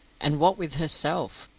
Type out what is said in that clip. and what with herself?